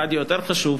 הרדיו יותר חשוב,